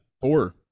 Four